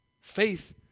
Faith